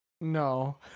No